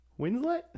Winslet